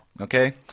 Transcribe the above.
okay